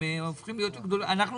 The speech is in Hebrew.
אנחנו